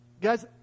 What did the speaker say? Guys